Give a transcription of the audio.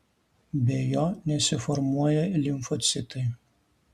be jo nesiformuoja limfocitai